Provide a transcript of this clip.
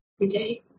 everyday